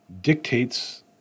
dictates